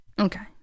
okay